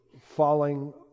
falling